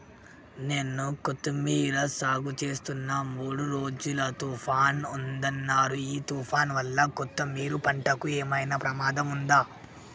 నేను కొత్తిమీర సాగుచేస్తున్న మూడు రోజులు తుఫాన్ ఉందన్నరు ఈ తుఫాన్ వల్ల కొత్తిమీర పంటకు ఏమైనా ప్రమాదం ఉందా?